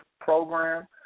program